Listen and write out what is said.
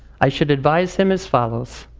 i should advise him as follows,